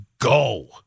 go